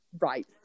Right